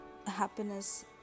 Happiness